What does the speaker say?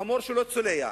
החמור שלו צולע,